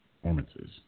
performances